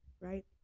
right